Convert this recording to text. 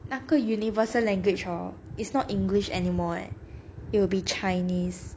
那个 universal language hor it's not english anymore eh and it will be chinese